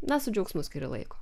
na su džiaugsmu skiri laiko